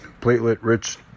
platelet-rich